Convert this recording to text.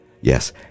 Yes